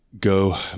go